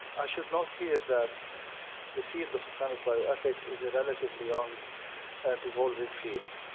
i should note here that the field of islamic bioethics is a relatively young and evolving field.